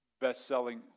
best-selling